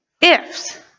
Ifs